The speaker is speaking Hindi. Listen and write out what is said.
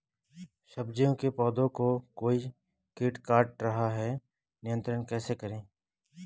सब्जियों के पौधें को कोई कीट काट रहा है नियंत्रण कैसे करें?